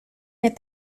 mais